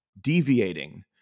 deviating